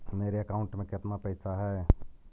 मेरे अकाउंट में केतना पैसा है?